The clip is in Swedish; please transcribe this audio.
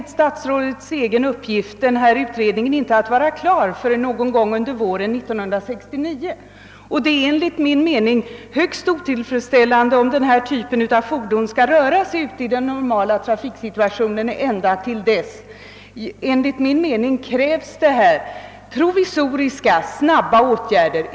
Men statsrådet säger ju att utredningen inte kan vara klar med sitt arbete förrän någon gång på våren 1969, och enligt min mening är det mycket otillfredsställande att de fordon det här gäller skall få köra i normal trafik ända till dess. Jag anser att det krävs provisoriska och snabba åtgärder.